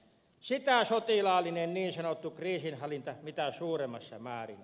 sitä sotilaallinen niin sanottu kriisinhallinta mitä suuremmassa määrin on